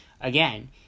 again